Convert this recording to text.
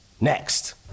next